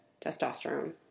testosterone